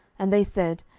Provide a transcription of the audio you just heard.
and they said,